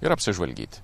ir apsižvalgyti